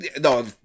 No